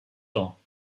ans